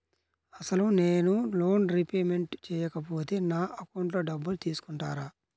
అసలు నేనూ loan repayment చేయకపోతే నా అకౌంట్లో డబ్బులు తీసుకుంటారా?